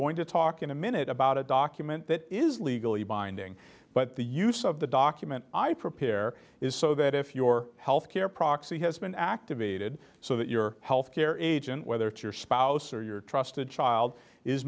going to talk in a minute about a document that is legally binding but the use of the document i prepare is so that if your health care proxy has been activated so that your health care agent whether it's your spouse or your trusted child is